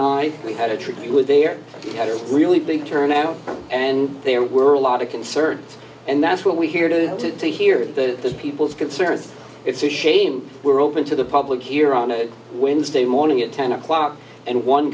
night we had a treaty with there had a really big turnout and there were a lot of concern and that's what we're here to to say here the people's concerns it's a shame we're open to the public here on a wednesday morning at ten o'clock and one